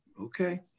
Okay